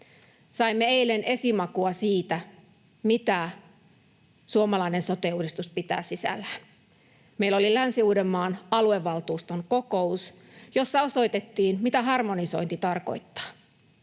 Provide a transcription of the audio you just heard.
Saimme eilen esimakua siitä, mitä suomalainen sote-uudistus pitää sisällään. Meillä oli Länsi-Uudenmaan aluevaltuuston kokous, jossa osoitettiin, mitä harmonisointi tarkoittaa.